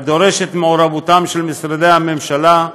הדורש את מעורבותם של משרדי הממשלה,